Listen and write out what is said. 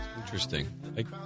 Interesting